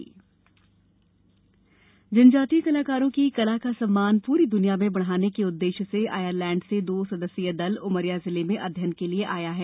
अध्ययन दल जनजातीय कलाकारों की कला का सम्मान पूरी दुनिया में बढ़ानें के उददेश्य से आयरलैण्ड से दो सदस्यीय दल उमरिया जिले में अध्ययन हेतु आया है